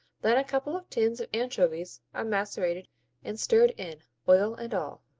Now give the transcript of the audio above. then a couple of tins of anchovies are macerated and stirred in, oil and all.